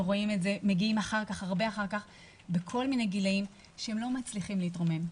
מגיעים הרבה אחר כך בכל מיני גילאים למצבים שהם לא מצליחים להתרומם.